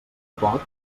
pot